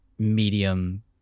medium